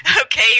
okay